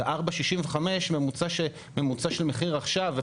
זה 4.65 ממוצע של מחיר עכשיו,